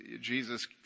Jesus